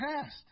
past